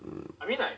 mm